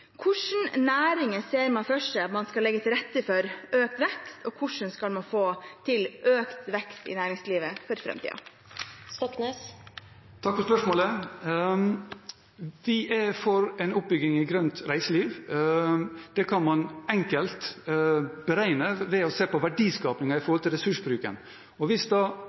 hvordan skal man få til økt vekst i næringslivet for framtiden? Takk for spørsmålet. Vi er for en oppbygging av grønt reiseliv. Det kan man enkelt beregne ved å se på verdiskapingen i forhold til ressursbruken. Hvis verdiskapingen kan økes mer enn 5 pst. relativt til utslippene, blir det et grønt reiseliv. Dette gjør det mulig å utforme reiselivspolitikken slik at en både tjener penger og